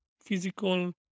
physical